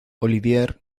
olivier